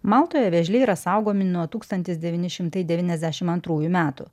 maltoje vėžliai yra saugomi nuo tūkstantis devyni šimtai devyniasdešim antrųjų metų